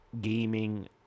gaming